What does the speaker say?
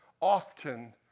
often